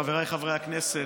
חבריי חברי הכנסת,